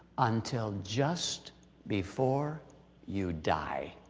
until just before you die.